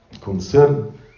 concern